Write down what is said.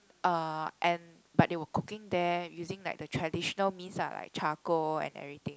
uh and but they were cooking there using like the traditional means ah like charcoal and everything